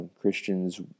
Christians